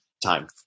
time